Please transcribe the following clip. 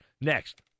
next